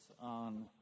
on